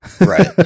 Right